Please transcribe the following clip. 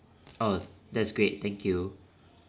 oh that's great thank you